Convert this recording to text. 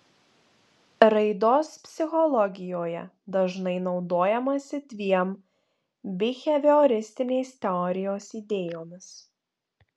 raidos psichologijoje dažnai naudojamasi dviem bihevioristinės teorijos idėjomis